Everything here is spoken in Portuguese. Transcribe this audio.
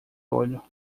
olho